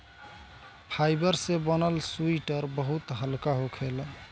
fibre से बनल sweater बहुत हल्का होखेला